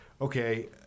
Okay